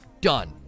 Done